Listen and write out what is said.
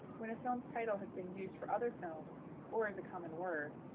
when a film's title has been used for other films or is a common word,